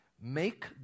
make